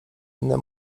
inny